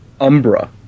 Umbra